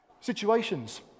situations